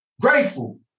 Grateful